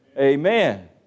Amen